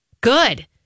Good